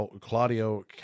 Claudio